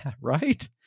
right